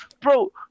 Bro